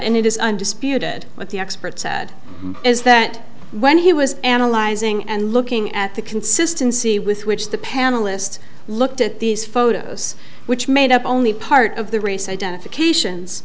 and it is undisputed what the experts said is that when he was analyzing and looking at the consistency with which the panelists looked at these photos which made up only part of the race identifications